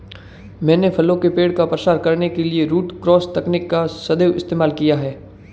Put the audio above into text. मैंने फलों के पेड़ का प्रसार के लिए रूट क्रॉस तकनीक का सदैव इस्तेमाल किया है